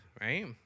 Right